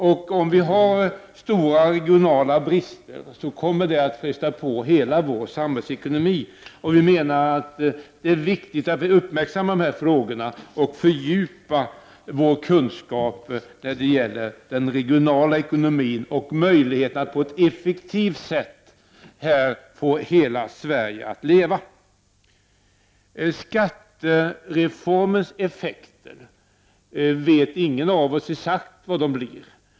Om det finns stora regionala brister, kommer det att fresta på hela samhällsekonomin. Vi menar att det är viktigt att dessa frågor uppmärksammas och att vi fördjupar vår kunskap när det gäller den regionala ekonomin och möjligheterna att på ett effektivt sätt få hela Sverige att leva. Ingen av oss vet exakt vad skattereformens effekter kommer att bli.